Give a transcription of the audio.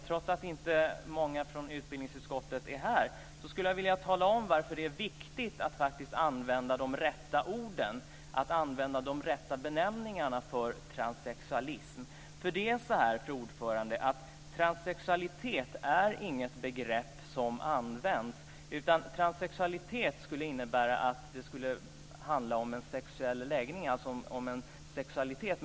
Trots att inte många från utbildningsutskottet är här vill jag börja med att tala om varför det är viktigt att använda de rätta orden, de rätta benämningarna, för transsexualism. Fru talman! Transsexualitet är nämligen inget begrepp som används. Det ordet innebär att detta skulle handla om en sexuell läggning, dvs. om en sexualitet.